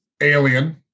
Alien